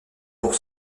pour